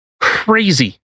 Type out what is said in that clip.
crazy